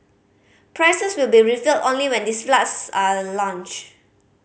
prices will be revealed only when these flats are launched